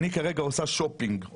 אני כרגע עושה שופינג,